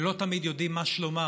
ולא תמיד יודעים מה שלומם,